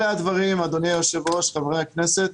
אלה הדברים, אדוני היושב-ראש, חברי הכנסת,